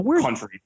Country